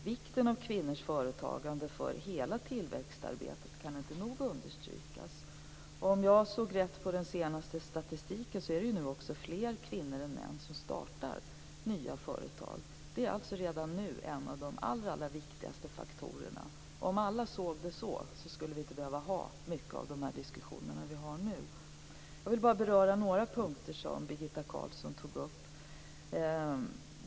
Vikten av kvinnors företagande för hela tillväxtarbetet kan inte nog understrykas. Om jag såg rätt i den senaste statistiken är det nu fler kvinnor än män som startar nya företag. Det är alltså redan nu en av de allra viktigaste faktorerna. Om alla såg det på det sättet skulle vi inte behöva ha många av de diskussioner som vi har nu. Jag vill bara beröra några punkter som Birgitta Carlsson tog upp.